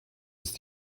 ist